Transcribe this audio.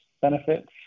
benefits